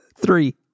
three